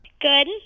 Good